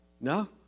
No